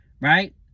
right